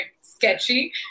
sketchy